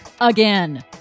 Again